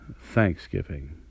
Thanksgiving